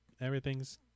Everything's